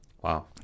Wow